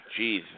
Jeez